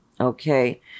okay